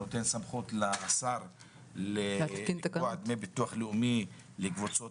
שנותן סמכות לשר לקבוע דמי ביטוח לאומי לקבוצות